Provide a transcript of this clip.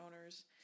owners